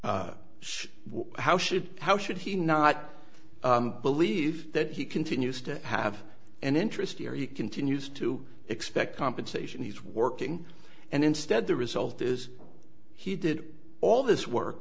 should how should he not believe that he continues to have an interest here he continues to expect compensation he's working and instead the result is he did all this work